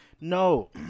no